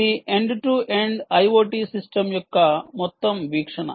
ఇదిఎండ్ to end IoT system యొక్క మొత్తం వీక్షణ